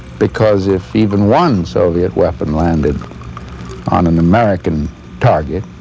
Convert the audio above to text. because if even one soviet weapon landed on an american target.